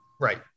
right